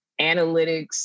Analytics